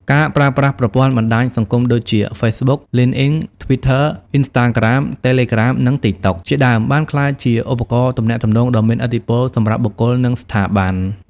ការប្រើប្រាស់ប្រព័ន្ធបណ្តាញសង្គមដូចជា ហ្វេសបុក លីងអុីន ធ្វីធ័ អុីនស្តាក្រាម តេលេក្រាម និងតិកតុក ជាដើមបានក្លាយជាឧបករណ៍ទំនាក់ទំនងដ៏មានឥទ្ធិពលសម្រាប់បុគ្គល និងស្ថាប័ន។